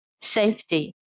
safety